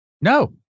No